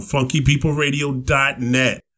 FunkyPeopleRadio.net